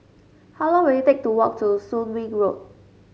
how long will it take to walk to Soon Wing Road